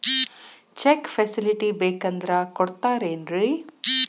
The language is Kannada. ಚೆಕ್ ಫೆಸಿಲಿಟಿ ಬೇಕಂದ್ರ ಕೊಡ್ತಾರೇನ್ರಿ?